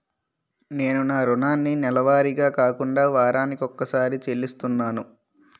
నేను నా రుణాన్ని నెలవారీగా కాకుండా వారాని కొక్కసారి చెల్లిస్తున్నాను